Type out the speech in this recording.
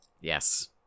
yes